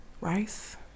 Rice